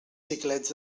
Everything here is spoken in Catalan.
xiclets